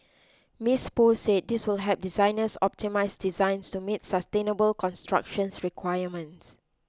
Miss Poh said this will help designers optimise designs to meet sustainable construction requirements